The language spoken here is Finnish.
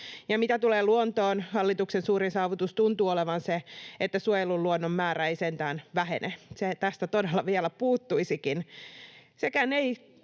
mitä tulee luontoon, hallituksen suurin saavutus tuntuu olevan se, että suojellun luonnon määrä ei sentään vähene — se tästä todella vielä puuttuisikin.